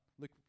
Look